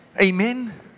Amen